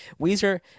Weezer